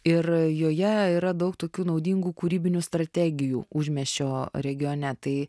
ir joje yra daug tokių naudingų kūrybinių strategijų užmiesčio regione tai